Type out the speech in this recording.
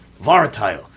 volatile